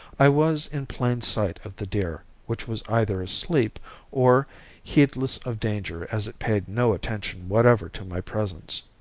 i was in plain sight of the deer, which was either asleep or heedless of danger as it paid no attention whatever to my presence.